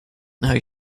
know